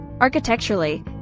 Architecturally